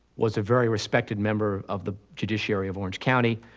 was a very respected member of the judiciary of orange county.